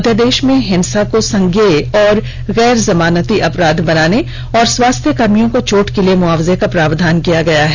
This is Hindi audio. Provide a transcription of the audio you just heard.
अध्यादेश में हिंसा को संज्ञेय और गैर जमानती अपराध बनाने और स्वास्थ्यकर्मियों को चोट के लिए मुआवजे का प्रावधान किया गया है